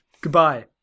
Goodbye